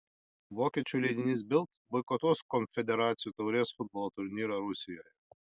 vokiečių leidinys bild boikotuos konfederacijų taurės futbolo turnyrą rusijoje